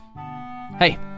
Hey